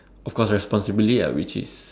of course responsibly which is